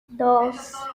dos